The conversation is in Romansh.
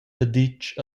daditg